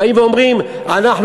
באים ואומרים: אנחנו,